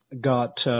got –